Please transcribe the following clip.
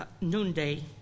noonday